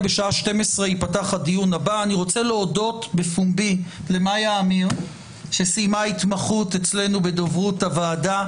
אני מודה בפומבי למאיה אמיר שסיימה התמחות אצלנו בדוברות הוועדה.